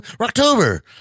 October